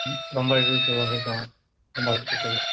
ம் ரொம்ப இழுத்து உழைக்கும் ரொம்ப வருஷத்துக்கு